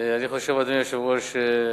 אדוני היושב-ראש, אני חושב